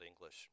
English